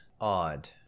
odd